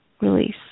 release